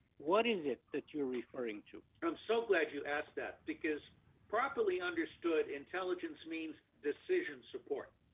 what is it that you are referring to? i'm so glad you asked that because properly understood, intelligence means decision support.